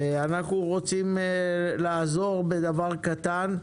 אנו רוצים לעזור בדבר קטן.